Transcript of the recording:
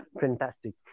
fantastic